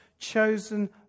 Chosen